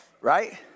Right